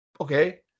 okay